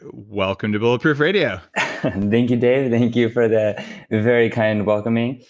welcome to bulletproof radio thank you, dave. thank you for the very kind welcoming.